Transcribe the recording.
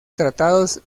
tratados